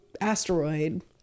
asteroid